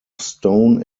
stone